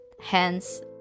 hence